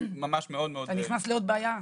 ממש מאוד מאוד --- אתה נכנס לעוד בעיה.